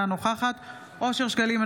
אינה נוכחת אושר שקלים,